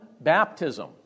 baptism